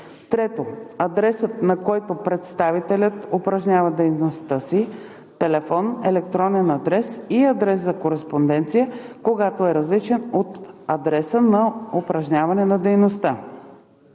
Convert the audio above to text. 3. адресът, на който дружеството или съдружието упражнява дейността си, телефон, електронен адрес и адрес за кореспонденция, когато е различен от адреса на упражняване на дейността;